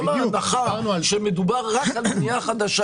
כל ההנחה שמדובר רק על בנייה חדשה,